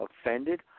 Offended